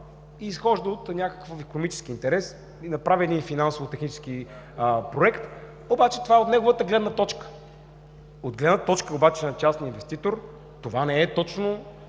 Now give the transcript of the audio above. изхожда от някакъв икономически интерес и направи един финансово-технически проект, обаче това е от неговата гледна точка. От гледната точка обаче на частния инвеститор това не е точно,